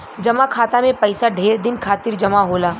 जमा खाता मे पइसा ढेर दिन खातिर जमा होला